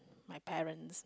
my parents